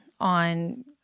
on